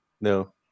No